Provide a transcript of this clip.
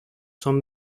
son